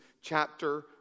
chapter